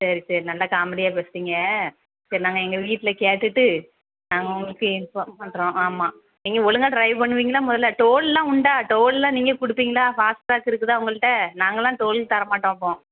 சரி சரி நல்லா காமெடியாக பேசுறீங்க சரி நாங்கள் எங்கள் வீட்டில் கேட்டுவிட்டு நாங்கள் உங்களுக்கு இன்ஃபார்ம் பண்ணுறோம் ஆமாம் நீங்கள் ஒழுங்கா ட்ரைவ் பண்ணுவீங்களா முதலில் டோல்லெலாம் உண்டா டோல்லெலாம் நீங்கள் கொடுப்பீங்களா ஃபாஸ்ட்ட்ராக் இருக்குதா உங்கள்கிட்ட நாங்களாம் டோல் தரமாட்டோம் அப்புறம்